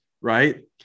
right